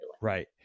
right